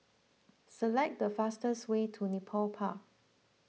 select the fastest way to Nepal Park